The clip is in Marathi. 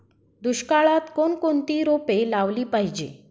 दुष्काळात कोणकोणती रोपे लावली पाहिजे?